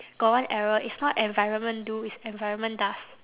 got one error it's not environment do it's environment does